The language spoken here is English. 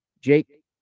Jake